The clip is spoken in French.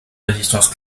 résistance